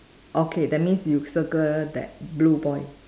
okay that means you circle that blue boy